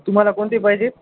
तुम्हाला कोणते पाहिजेत